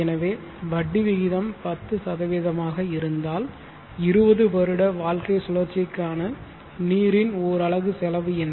எனவே வட்டி விகிதம் 10 ஆக இருந்தால் 20 வருட வாழ்க்கை சுழற்சிக்கான நீரின் ஓர் அலகு செலவு என்ன